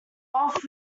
off